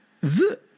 The